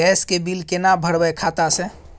Gas के bill केना भरबै खाता से?